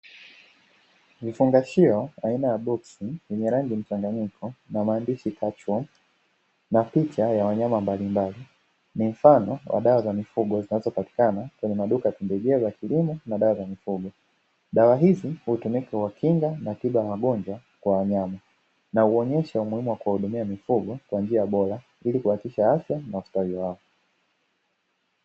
Vifungashio baina ya boksi lenye rangi mchanganyiko na maandishi kachwa na picha ya wanyama mbalimbali ni mfano wa dawa za mifugo zinazopatikana kwenye maduka ya ndege za kilimo na dawa za mifugo dawa hizi hutumika wakinga na shuga wa magonjwa kwa wanyama na uonyeshe umuhimu wa kuwahudumia mifugo kwa njia bora ili kuhakikisha afya maswala yao